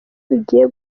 bigiye